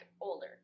older